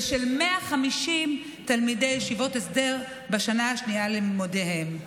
ושל 150 תלמידי ישיבות הסדר בשנה השנייה ללימודיהם.